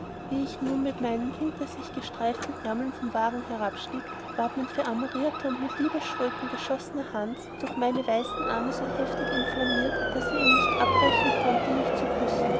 wie ich nun mit meinen hinter sich gestreiften ärmeln vom wagen herabstieg ward mein veramorierter und mit liebesschröten geschoßner hans durch meine weiße arme so heftig inflammiert daß er ihm nicht abbrechen konnte mich zu küssen